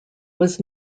was